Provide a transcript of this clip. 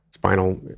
spinal